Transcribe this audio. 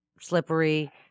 slippery